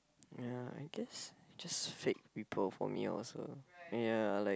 ya I guess it's just fake people for me lor so ya like